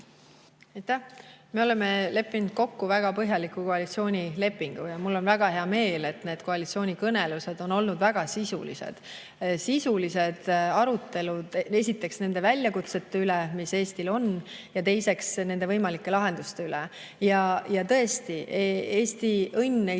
Me oleme leppinud kokku väga põhjaliku koalitsioonilepingu ja mul on väga hea meel, et need koalitsioonikõnelused on olnud väga sisulised arutelud esiteks nende väljakutsete üle, mis Eestil on, ja teiseks nende võimalike lahenduste üle. Ja tõesti, Eesti õnn ei saa